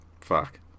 Fuck